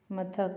ꯃꯊꯛ